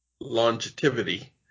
longevity